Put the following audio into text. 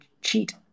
cheat